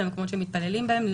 למקומות שמתפללים בהם,